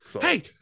Hey